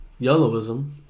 Yellowism